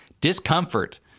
discomfort